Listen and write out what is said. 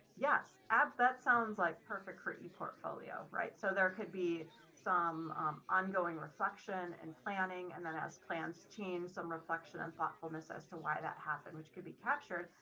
yes, as that sounds like perfect for the portfolio, right. so there could be some ongoing reflection and planning and then as plans change some reflection and thoughtfulness as to why that happened, which could be captured.